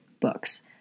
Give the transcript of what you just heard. books